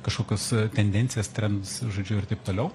kažkokias tendencijas trendus žodžiu ir taip toliau